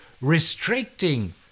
restricting